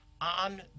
on